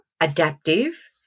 adaptive